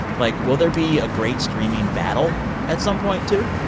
like, will there be a great streaming battle at some point, too?